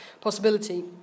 possibility